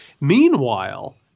Meanwhile